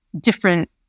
different